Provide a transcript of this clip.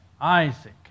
Isaac